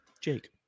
Jake